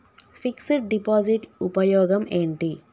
Fix డ్ deposit ఉపయోగం ఏంటి?